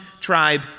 tribe